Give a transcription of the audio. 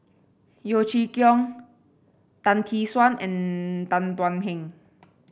Yeo Chee Kiong Tan Tee Suan and Tan Thuan Heng